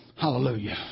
Hallelujah